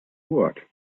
word